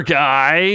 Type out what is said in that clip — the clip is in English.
guy